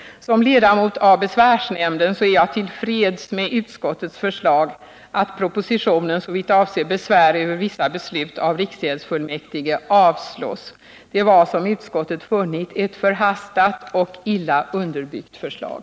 Som ledamot av besvärsnämnden är jag till freds med utskottets förslag att propositionen, såvitt avser besvär över vissa beslut av riksgäldsfullmäktige, avslås. Det var, som utskottet funnit, ett förhastat och illa underbyggt förslag.